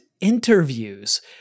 interviews